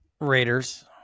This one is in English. Raiders